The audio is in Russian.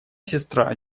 сестра